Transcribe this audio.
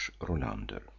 Rolander